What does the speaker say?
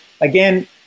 again